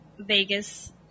Vegas